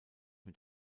mit